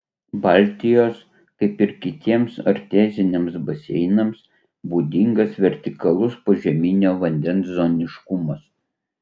baltijos kaip ir kitiems arteziniams baseinams būdingas vertikalus požeminio vandens zoniškumas